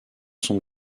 son